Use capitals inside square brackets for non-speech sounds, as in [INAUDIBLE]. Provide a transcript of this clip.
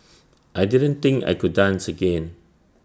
[NOISE] I didn't think I could dance again